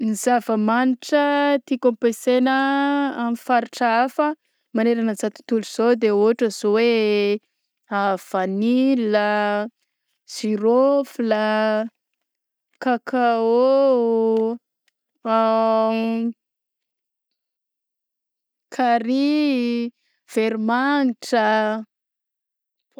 Zava-manitra tiko ampesagna amy faritra hafa manerana izao tontolo izao de ôhatra zao hoe vanilla, zirôfla, kakaô, an carry, veromangitra.